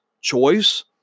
choice